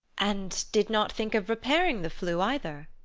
and did not think of repairing the flue either?